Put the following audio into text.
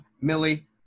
Millie